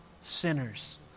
sinners